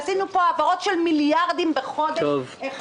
עשינו פה העברות של מיליארדים בחודש אחד